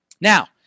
Now